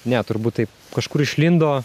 ne turbūt taip kažkur išlindo